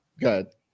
Good